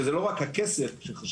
שזה לא רק הכסף שחשוב,